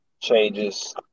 changes